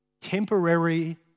Temporary